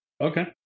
Okay